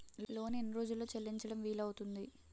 Loan ఎన్ని రోజుల్లో చెల్లించడం వీలు అవుతుంది?